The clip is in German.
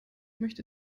möchte